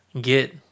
get